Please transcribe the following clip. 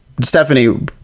Stephanie